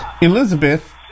Elizabeth